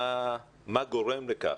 מה גרם לכך?